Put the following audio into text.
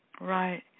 Right